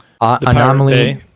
anomaly